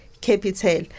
capital